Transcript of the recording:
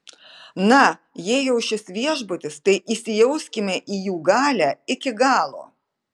na jei jau šis viešbutis tai įsijauskime į jų galią iki galo